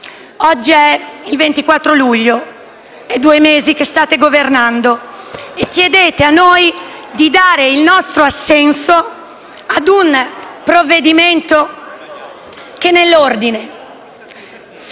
Oggi è il 24 luglio: sono due mesi che state governando e ci chiedete di dare il nostro assenso a un provvedimento che, nell'ordine: